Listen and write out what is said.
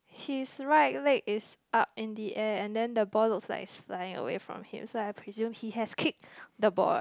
his right leg is up in the air and then the ball looks like is flying away from him so I presume he has kicked the ball